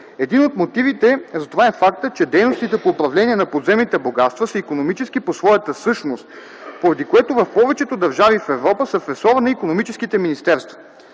Един от мотивите за това е фактът, че дейностите по управление на подземните богатства са икономически по своята същност, поради което в повечето държави в Европа са в ресора на икономическите министерства.